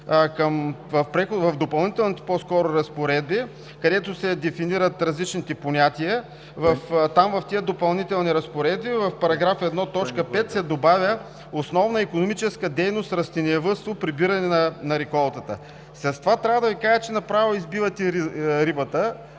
в Допълнителните разпоредби, където се дефинират различните понятия, там в тези допълнителни разпоредби в § 1, т. 5 се добавя: „Основна икономическа дейност растениевъдство – прибиране на реколтата.“ С това трябва да Ви кажа, че направо избивате рибата,